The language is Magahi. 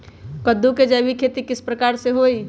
कददु के जैविक खेती किस प्रकार से होई?